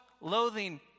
loathing